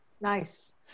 Nice